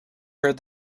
heard